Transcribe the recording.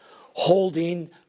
holding